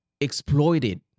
exploited